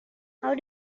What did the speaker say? how